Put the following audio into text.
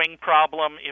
problem